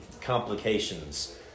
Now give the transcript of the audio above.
complications